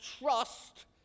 trust